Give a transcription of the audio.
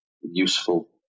useful